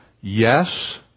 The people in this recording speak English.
Yes